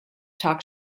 talk